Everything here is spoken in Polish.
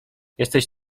jesteś